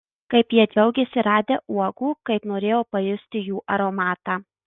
kaip jie džiaugėsi radę uogų kaip norėjo pajusti jų aromatą